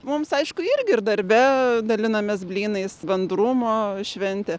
mums aišku irgi ir darbe dalinamės blynais bendrumo šventė